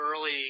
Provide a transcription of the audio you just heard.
early